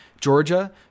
Georgia